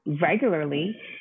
regularly